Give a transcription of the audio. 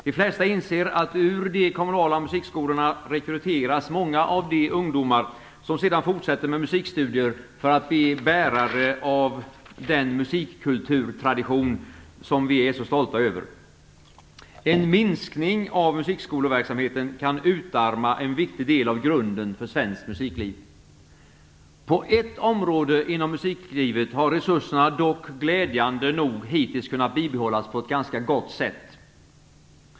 De flesta inser att ur de kommunala musikskolorna rekryteras många av de ungdomar som sedan fortsätter med musikstudier för att bli bärare av den musikkulturtradition som vi är så stolta över. En minskning av musikskoleverksamheten kan utarma en viktig del av grunden för svenskt musikliv. På ett område inom musiklivet har resurserna dock glädjande nog hittills kunnat bibehållas på ett ganska gott sätt.